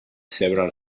several